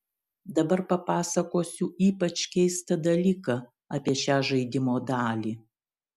dabar papasakosiu ypač keistą dalyką apie šią žaidimo dalį